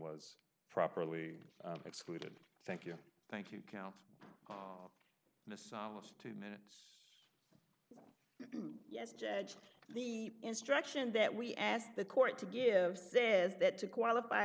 was properly excluded thank you thank you count the psalmist two minutes yes judge the instruction that we asked the court to give says that to qualify